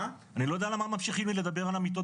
אני לא יודע למה ממשיכים לדבר על המיטות